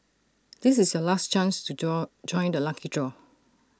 this is your last chance to join join the lucky draw